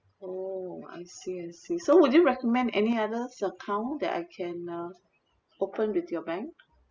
oh I see I see so would you recommend any others account that I can uh open with your bank